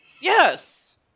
Yes